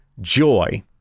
joy